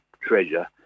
treasure